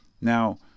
Now